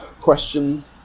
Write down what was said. question